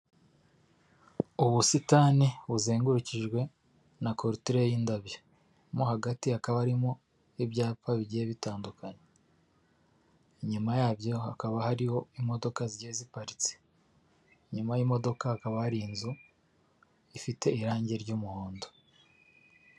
Ubusitani buzengurukijwe na korutire y'indabyo mo hagati hakaba harimo ibyapa bigiye bitandukanye, inyuma yabyo hakaba hariho imodoka zigiye ziparitse, inyuma y'imodoka hakaba hari inzu ifite irangi ry'umuhondo.